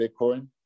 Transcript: Bitcoin